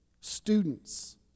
students